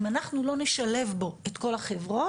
אם אנחנו לא נשלב בו את כל החברות,